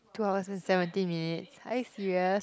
two hours and seventeen minutes are you serious